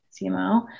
CMO